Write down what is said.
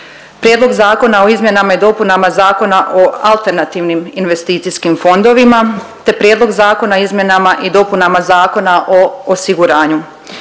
Prijedlog Zakona o izmjenama i dopunama Zakona o alternativnim investicijskim fondovima te Prijedlog Zakona o izmjenama i dopunama Zakona o osiguranju.